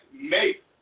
make